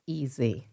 easy